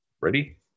Ready